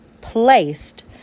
placed